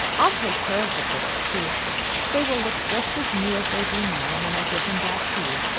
i'll take care of the books, too they will look just as new as they do now, when i give them back to you.